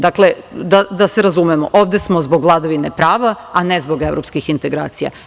Dakle, da se razumemo, ovde smo zbog vladavine prava, a ne zbog evropskih integracija.